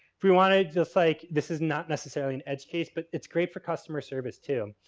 if we want to, just like, this is not necessarily an edge case. but it's great for customer service, too.